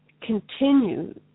continue